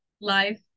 life